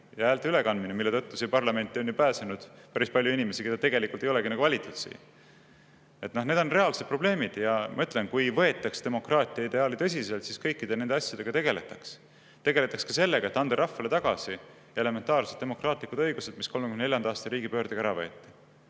ja häälte ülekandmine, mille tõttu siia parlamenti on ju pääsenud päris palju inimesi, keda tegelikult ei olegi nagu valitud siia. Need on reaalsed probleemid. Ja ma ütlen, et kui võetaks demokraatia ideaali tõsiselt, siis kõikide nende asjadega tegeldaks. Tegeldaks ka sellega, et anda rahvale tagasi elementaarsed demokraatlikud õigused, mis 1934. aasta riigipöördega ära võeti.